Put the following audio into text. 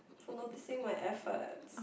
for noticing my efforts